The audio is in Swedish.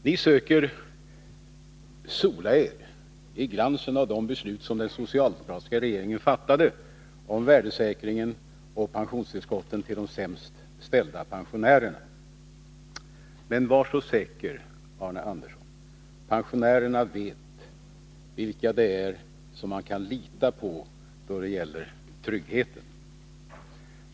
Ni söker sola er i glansen av de beslut som den socialdemokratiska regeringen fattade om värdesäkringen och om pensionstillskotten till de sämst ställda pensionärerna. Men var så säker, Arne Andersson i Gustafs — pensionärerna vet vilka de kan lita på då det gäller tryggheten!